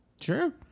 Sure